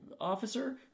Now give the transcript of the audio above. officer